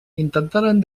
intentaren